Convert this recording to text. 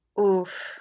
Oof